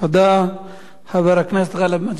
חבר הכנסת גאלב מג'אדלה, בבקשה.